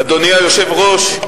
אדוני היושב-ראש,